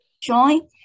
join